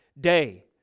Day